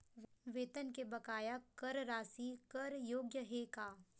वेतन के बकाया कर राशि कर योग्य हे का?